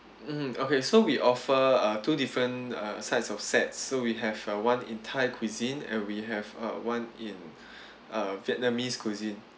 mm okay so we offer uh two different uh sides of sets so we have uh one in thai cuisine and we have uh one in uh vietnamese cuisine